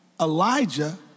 Elijah